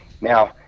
Now